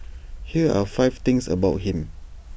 here are five things about him